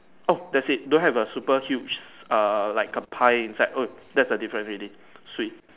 oh that's it don't have like super huge err like a pie inside oat there's the difference already swee